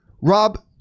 Rob